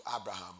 Abraham